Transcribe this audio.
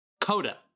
Coda